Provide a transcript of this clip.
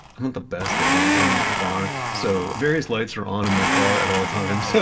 i'm not the best at maintaining my car, so various lights are on in my car at all times. so